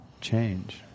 change